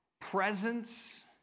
Presence